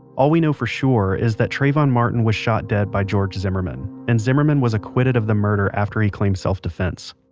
all we know for sure is that trayvon martin martin was shot dead by george zimmerman and zimmerman was acquitted of the murder after he claimed self defense